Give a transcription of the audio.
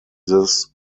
this